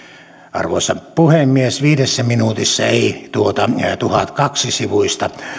arvoisa puhemies viidessä minuutissa ei tuota tuhatkaksi sivuista